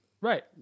Right